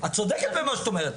את צודקת במה שאת אומרת.